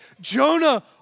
Jonah